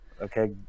okay